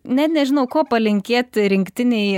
net nežinau ko palinkėt rinktinei